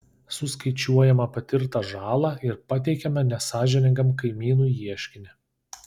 suskaičiuojame patirtą žalą ir pateikiame nesąžiningam kaimynui ieškinį